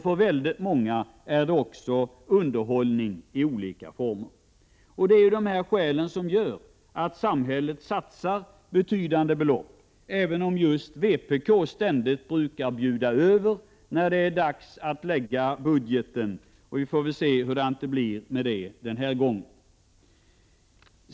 För väldigt många är den också underhållning i olika former. Allt detta utgör skälen till att samhället satsar betydande belopp, även om just vpk ständigt brukar bjuda över när det är dags att fastlägga budgeten. Vi får väl se hur det blir med den saken den här gången.